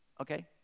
okay